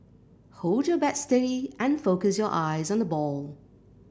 hold your bat steady and focus your eyes on the ball